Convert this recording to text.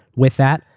with that,